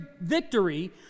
victory